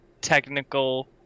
technical